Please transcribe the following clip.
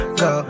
go